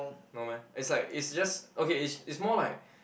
no meh it's like it's just okay it it's more like